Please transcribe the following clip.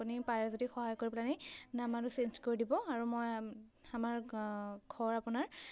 আপুনি পাৰে যদি সহায় কৰি পেলাহেনি নাম্বাৰটো চেঞ্জ কৰি দিব আৰু মই আমাৰ ঘৰ আপোনাৰ